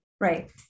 Right